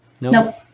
Nope